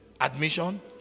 admission